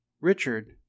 Richard